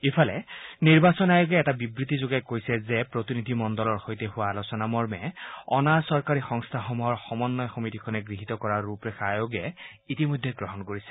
ইফালে নিৰ্বাচন আয়োগে এটা বিবৃতিযোগে কৈছে যে প্ৰতিনিধি মণ্ডলৰ সৈতে হোৱা আলোচনা মৰ্মে অনা চৰকাৰী সংস্থাসমূহৰ সমন্বয় সমিতিখনে গৃহীত কৰা ৰূপৰেখা আয়োগে ইতিমধ্যে গ্ৰহণ কৰিছে